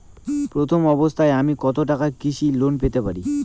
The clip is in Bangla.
প্রথম অবস্থায় আমি কত টাকা কৃষি লোন পেতে পারি?